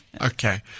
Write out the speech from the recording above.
Okay